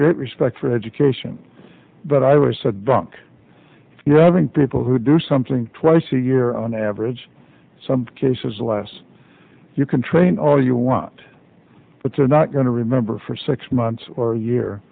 great respect for education but i was so drunk you having people who do something twice a year on average some cases last you can train all you want but they're not going to remember for six months or a year